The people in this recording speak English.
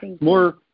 more